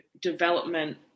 development